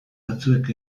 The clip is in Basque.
batzuek